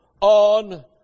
on